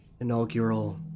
inaugural